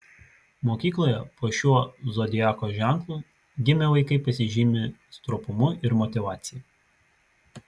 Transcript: mokykloje po šiuo zodiako ženklu gimę vaikai pasižymi stropumu ir motyvacija